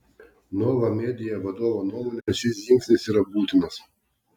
nova media vadovo nuomone šis žingsnis yra būtinas